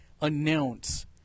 announce